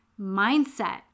mindset